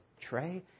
Trey